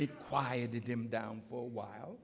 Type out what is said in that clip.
it quieted him down for a while